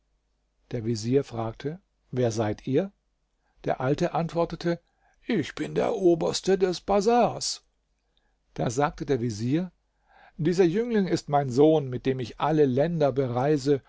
der vezier fragte wer seid ihr der alte antwortete ich bin der oberste des bazars da sagte der vezier dieser jüngling ist mein sohn mit dem ich alle länder bereise